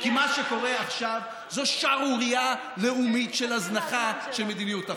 כי מה שקורה עכשיו זו שערורייה לאומית של הזנחה של מדיניות החוץ.